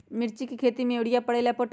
मिर्ची के खेती में यूरिया परेला या पोटाश?